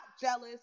jealous